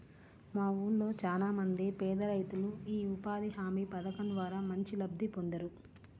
మా ఊళ్ళో చానా మంది పేదరైతులు యీ ఉపాధి హామీ పథకం ద్వారా మంచి లబ్ధి పొందేరు